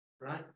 Right